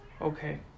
Okay